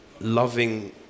loving